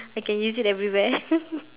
I can use it everywhere